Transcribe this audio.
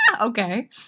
Okay